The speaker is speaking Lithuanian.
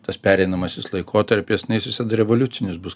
tas pereinamasis laikotarpis na jisai visada revoliucinis bus